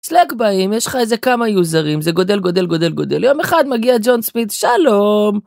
סלג באים יש לך איזה כמה יוזרים זה גודל גודל גודל גודל יום אחד מגיע ג'ון ספיד שלום.